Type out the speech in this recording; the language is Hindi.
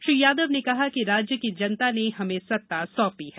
श्री यादव ने कहा कि राज्य की जनता ने हमें सत्ता सौंपी है